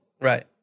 Right